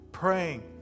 praying